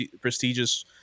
prestigious